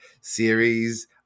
series